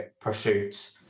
pursuits